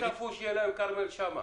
הם לא צפו שייתקלו בכרמל שאמה.